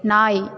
நாய்